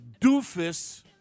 doofus